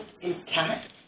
intact